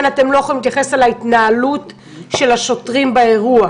אתם לא יכולים להתייחס להתנהלות של השוטרים באירוע.